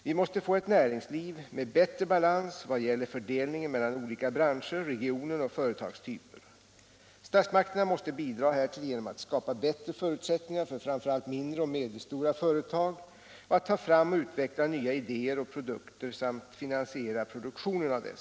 Vi måste få ett näringsliv med bättre balans vad gäller fördelningen mellan olika branscher, regioner och företagstyper. Statsmakterna måste bidra härtill genom att skapa bättre förutsättningar för framför allt mindre och medelstora företag att ta fram och utveckla nya idéer och produkter samt finansiera produktionen av dessa.